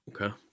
okay